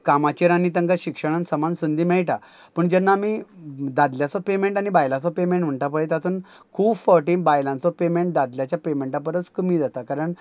कामाचेर आनी तांकां शिक्षणान समान संदी मेळटा पूण जेन्ना आमी दादल्याचो पेमेंट आनी बायलाचो पेमेंट म्हणटा पळय तातून खूब फावटी बायलांचो पेमेंट दादल्याच्या पेमेंटा परस कमी जाता कारण